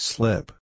Slip